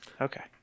okay